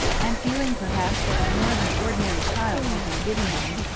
and feeling perhaps that a more than ordinary child had been given them,